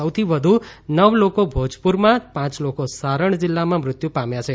સૌથી વધુ નવ લોકો ભોજપુરમાં પાંચ લોકો સારણ જિલ્લામાં મૃત્યુ પામ્યા છે